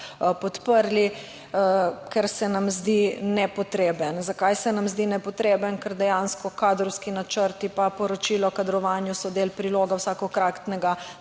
podprli, ker se nam zdi nepotreben. Zakaj se nam zdi nepotreben? Ker dejansko kadrovski načrti pa poročilo o kadrovanju so del priloga vsakokratnega